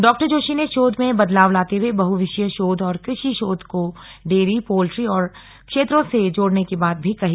डॉ जोशी ने शोध में बदलाव लाते हुए बहुविषयीय शोध और कृषि शोध को डेयरी पोल्ट्री आदि क्षेत्रों से जोड़ने की बात भी कही